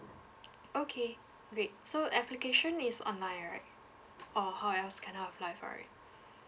okay great so application is online right or how else can I apply for it